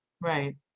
Right